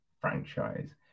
franchise